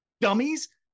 Dummies